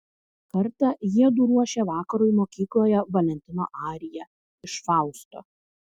kartą jiedu ruošė vakarui mokykloje valentino ariją iš fausto